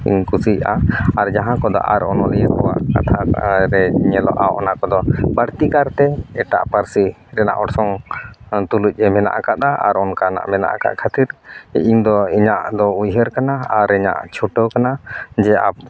ᱠᱩᱥᱤᱭᱟᱜᱼᱟ ᱟᱨ ᱡᱟᱦᱟᱸ ᱠᱚᱫᱚ ᱟᱨ ᱚᱱᱚᱞᱤᱭᱟᱹ ᱠᱚᱣᱟᱜ ᱠᱟᱛᱷᱟ ᱨᱮ ᱧᱮᱞᱚᱜᱼᱟ ᱚᱱᱟ ᱠᱚᱫᱚ ᱵᱟᱹᱲᱛᱤ ᱠᱟᱨᱛᱮ ᱮᱴᱟᱜ ᱯᱟᱹᱨᱥᱤ ᱨᱮᱱᱟᱜ ᱚᱲᱥᱚᱝ ᱛᱩᱞᱩᱡ ᱢᱮᱱᱟᱜ ᱟᱠᱟᱫᱟ ᱟᱨ ᱚᱱᱠᱟᱱᱟᱜ ᱢᱮᱱᱟᱜ ᱟᱠᱟᱫ ᱠᱷᱟᱹᱛᱤᱨ ᱤᱧ ᱫᱚ ᱤᱧᱟᱜ ᱫᱚ ᱩᱭᱦᱟᱹᱨ ᱠᱟᱱᱟ ᱟᱨ ᱤᱧᱟᱜ ᱪᱷᱩᱴᱟᱹᱣ ᱠᱟᱱᱟ ᱡᱮ